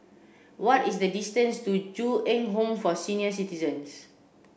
what is the distance to Ju Eng Home for Senior Citizens